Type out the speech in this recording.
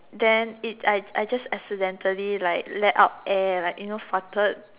then it I I just accidentally like let out air like you know farted